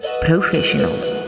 professionals